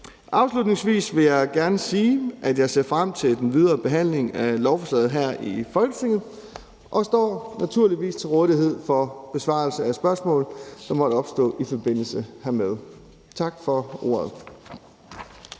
Afslutningsvis vil jeg gerne sige, at jeg ser frem til den videre behandling af lovforslaget her i Folketinget, og jeg står naturligvis til rådighed for besvarelse af spørgsmål, som måtte opstå i forbindelse hermed. Tak for ordet.